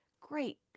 great